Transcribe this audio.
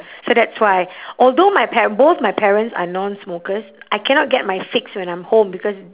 so that's why although my par~ both my parents are non smokers I cannot get my fix when I'm home because